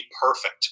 perfect